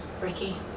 Ricky